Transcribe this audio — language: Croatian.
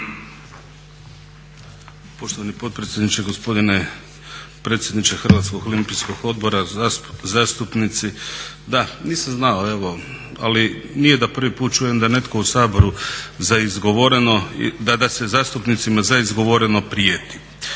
Poštovani potpredsjedniče, gospodine predsjedniče HOO, zastupnici. Da, nisam znao evo, ali nije da prvi put čujem da netko u Saboru za izgovoreno, da se zastupnicima za izgovoreno prijeti.